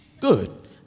Good